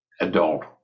adult